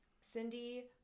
Cindy